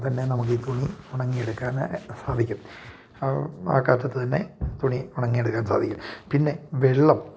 പിന്നെ നമുക്ക് ഈ തുണി ഉണങ്ങി എടുക്കാൻ സാധിക്കും ആ കാറ്റത്ത് തന്നെ തുണി ഉണങ്ങി എടുക്കാൻ സാധിക്കും പിന്നെ വെള്ളം